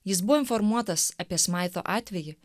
jis buvo informuotas apie smaito atvejį